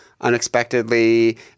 unexpectedly